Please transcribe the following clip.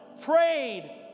prayed